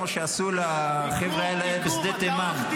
כמו שעשו לחבר'ה האלה בשדה תימן -- עיכוב,